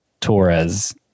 Torres